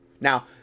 Now